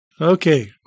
Okay